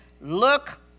Look